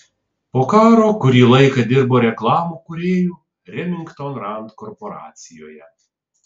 po karo kurį laiką dirbo reklamų kūrėju remington rand korporacijoje